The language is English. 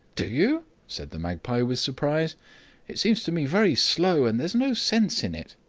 do you? said the magpie with surprise it seems to me very slow, and there's no sense in it.